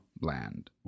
land